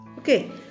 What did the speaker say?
okay